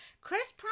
Chris